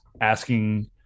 asking